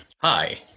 Hi